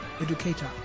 educator